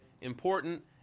important